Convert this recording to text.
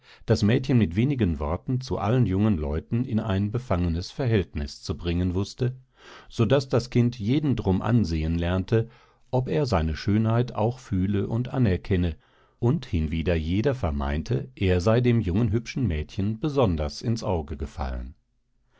das mädchen mit wenigen worten zu allen jungen leuten in ein befangenes verhältnis zu bringen wußte so daß das kind jeden drum ansehen lernte ob er seine schönheit auch fühle und anerkenne und hinwieder jeder vermeinte er sei dem jungen hübschen mädchen besonders ins auge gefallen